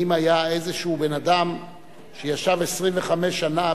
האם היה איזשהו בן-אדם שישב 25 שנה